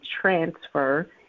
transfer